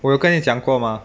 我有跟你讲过吗